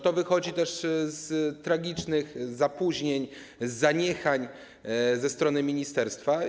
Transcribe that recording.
To wychodzi też z tragicznych zapóźnień, zaniechań ze strony ministerstwa.